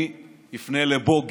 אני אפנה לבוגי.